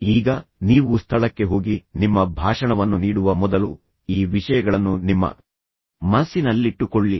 ಈಗ ನೀವು ಸ್ಥಳಕ್ಕೆ ಹೋಗಿ ನಿಮ್ಮ ಭಾಷಣವನ್ನು ನೀಡುವ ಮೊದಲು ಈ ವಿಷಯಗಳನ್ನು ನಿಮ್ಮ ಮನಸ್ಸಿನಲ್ಲಿಟ್ಟುಕೊಳ್ಳಿ